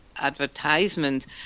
advertisement